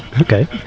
Okay